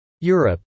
Europe